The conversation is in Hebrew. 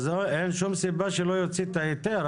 אז אין שום סיבה שלא יוציא את ההיתר,